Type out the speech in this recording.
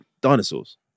dinosaurs